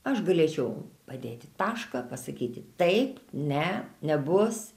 aš galėčiau padėti tašką pasakyti taip ne nebus